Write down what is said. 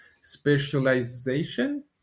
specialization